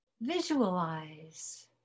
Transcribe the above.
visualize